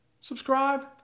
subscribe